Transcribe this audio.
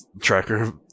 tracker